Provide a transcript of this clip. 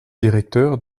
directeur